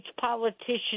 politicians